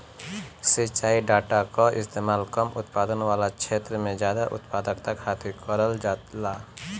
सिंचाई डाटा कअ इस्तेमाल कम उत्पादकता वाला छेत्र में जादा उत्पादकता खातिर करल जाला